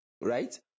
right